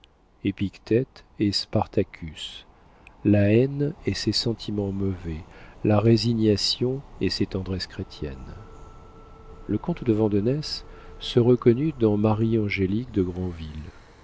antique épictète et spartacus la haine et ses sentiments mauvais la résignation et ses tendresses chrétiennes le comte de vandenesse se reconnut dans marie angélique de